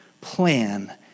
plan